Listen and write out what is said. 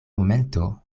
momento